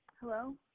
Hello